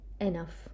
enough